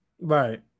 Right